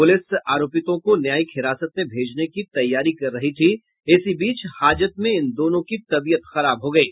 police आरोपितों को न्यायिक हिरासत में भेजने की तैयारी कर रही थी इसी बीच हाजत में इन दोनों की तबीयत खराब हो गयी